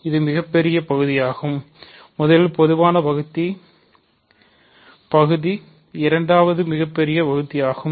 இது மிகப் பெரிய பகுதியாகும் முதலில் பொதுவான வகுத்தி பகுதி இரண்டாவது மிகப்பெரிய பகுதியாகும்